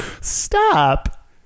Stop